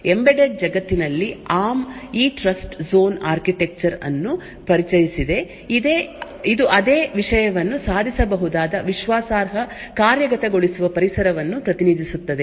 embedded ಜಗತ್ತಿನಲ್ಲಿ Arm ಈ TrustZone architecture ಅನ್ನು ಪರಿಚಯಿಸಿದೆ ಇದು ಅದೇ ವಿಷಯವನ್ನು ಸಾಧಿಸಬಹುದಾದ ವಿಶ್ವಾಸಾರ್ಹ ಕಾರ್ಯಗತಗೊಳಿಸುವ ಪರಿಸರವನ್ನು ಪ್ರತಿನಿಧಿಸುತ್ತದೆ